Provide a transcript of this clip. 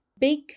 big